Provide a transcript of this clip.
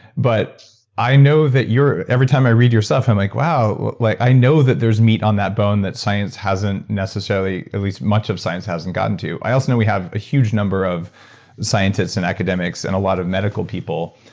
but i know that you're. every time i read your stuff, i'm like, wow. like i know that there's meat on that bone that science hasn't necessarily, at least much of science hasn't gotten too. i also know we have a huge number of scientist and academics and a lot of medical people.